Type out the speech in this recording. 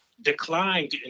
declined